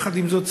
יחד עם זאת,